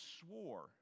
swore